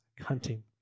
hunting